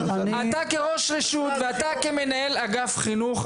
אתה כראש רשות ואתה כמנהל אגף חינוך,